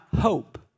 hope